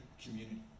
community